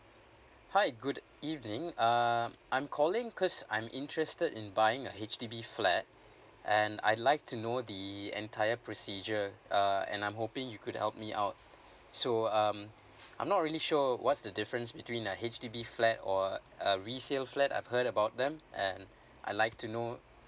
hi good evening um I'm calling cause I'm interested in buying a H_D_B flat and I like to know the entire procedure uh and I'm hoping you could help me out so um I'm not really sure what's the difference between a H_D_B flat or a resale flat I've heard about them and I like to know